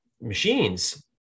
machines